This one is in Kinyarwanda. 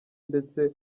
ndetse